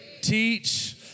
teach